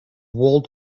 walled